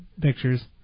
pictures